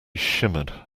shimmered